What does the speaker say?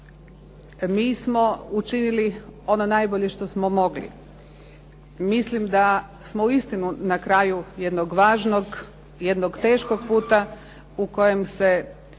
Mi smo učinili ono najbolje što smo mogli. Mislim da smo uistinu na kraju jednog važnog, jednog teškog puta u kojem se